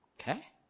Okay